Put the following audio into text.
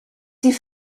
die